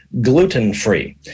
gluten-free